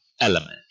element